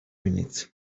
minutes